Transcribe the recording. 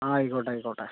ആയിക്കോട്ടെ ആയിക്കോട്ടെ